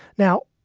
now,